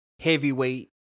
heavyweight